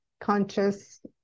conscious